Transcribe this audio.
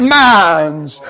minds